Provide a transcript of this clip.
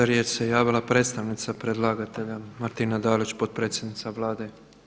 Za riječ se javila predstavnica predlagatelja Martina Dalić, potpredsjednica Vlade.